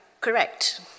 correct